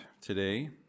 today